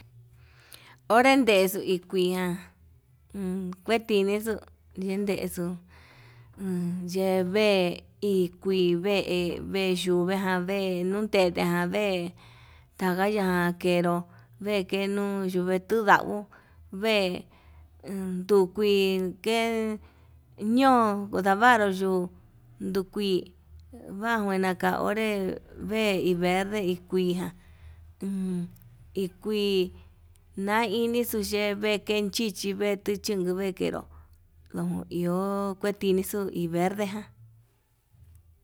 Onre ndexuu ikuian uun kuetinixu yendexu, uun yee vee ikui vee, vee yuu vejen nuu, nundete jan vee tagaya kenro vee kenuu yunde tudau vee endukui kee ño'o undavaru yuu, ndukui vanjuina onre vee hi verde hi kuijan uun ikui nainixu che vee chichi vee, vee tuchunku vee kenro ndon iho kue inixuu iverde ján.